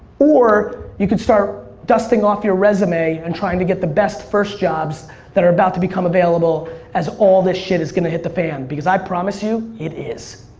or you can start dusting off your resume and trying to get the best first jobs that are about to become available as all the shit is going to hit the fan. because i promise you it is.